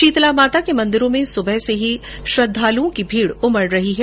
शीतला माता के मन्दिरों में सुबह से ही श्रद्वालुओं की भीड उमड रही है